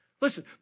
Listen